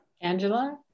Angela